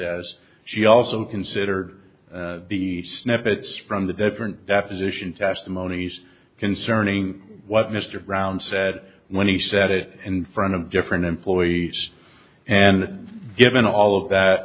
as she also considered the snippets from the different deposition testimonies concerning what mr brown said when he said it in front of different employees and given all of that